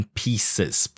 pieces